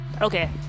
Okay